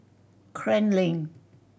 Klang Lane